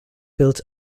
built